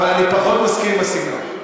אבל אני פחות מסכים עם הסגנון.